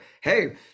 hey